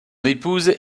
épouse